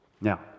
now